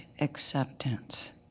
acceptance